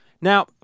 Now